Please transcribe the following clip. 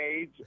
age